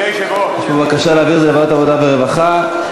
לוועדת העבודה והרווחה.